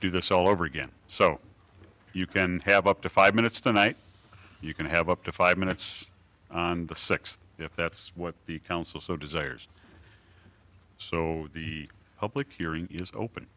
do this all over again so you can have up to five minutes tonight you can have up to five minutes on the sixth if that's what the council so desires so the public hearing is open